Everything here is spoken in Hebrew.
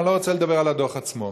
כי אני לא רוצה לדבר על הדוח עצמו,